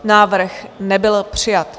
Návrh nebyl přijat.